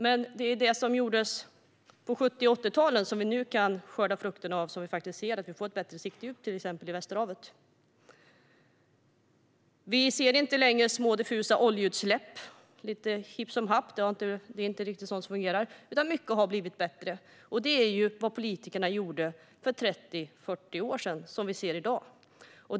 Men det är det som gjordes på 70 och 80-talet som vi nu kan skörda frukterna av, till exempel ett bättre siktdjup i Västerhavet. Vi ser inte heller längre små diffusa oljeutsläpp här och var. Mycket är alltså bättre i dag tack vare det politikerna gjorde för 30-40 år sedan.